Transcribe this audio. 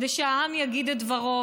כדי שהעם יגיד את דברו.